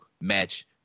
match